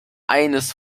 eines